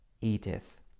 edith